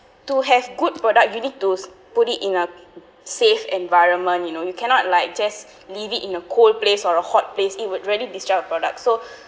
to have good product you need to put it in a safe environment you know you cannot like just leave it in a cold place or a hot place it would really destroy your products so